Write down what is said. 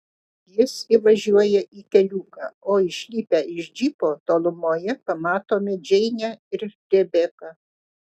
jis įvažiuoja į keliuką o išlipę iš džipo tolumoje pamatome džeinę ir rebeką